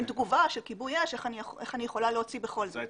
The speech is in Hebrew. אין תגובה של כיבוי אש ואיך אני יכולה להוציא בכל זאת.